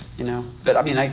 you know, but i mean, like